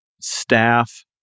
staff